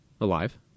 alive